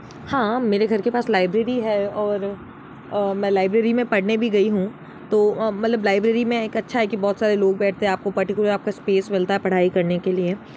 हाँ मेरे घर के पास लाइब्रेरी है और मैं लाइब्रेरी में पढ़ने भी गई हूँ तो मतलब लाइब्रेरी में एक अच्छा है कि बहुत सारे लोग बैठते हैं आपको पर्टिक्युलर आपको स्पेस मिलता है पढ़ाई करने के लिए